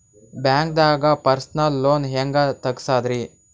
ಬ್ಯಾಂಕ್ದಾಗ personal loan ಹೆಂಗ್ ತಗ್ಸದ್ರಿ?